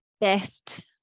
best –